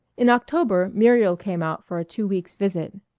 in october muriel came out for a two weeks' visit.